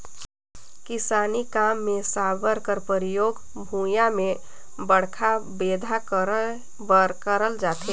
किसानी काम मे साबर कर परियोग भुईया मे बड़खा बेंधा करे बर करल जाथे